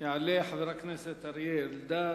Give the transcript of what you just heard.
יעלה חבר הכנסת אריה אלדד.